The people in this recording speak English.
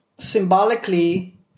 Symbolically